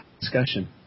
discussion